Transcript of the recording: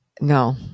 No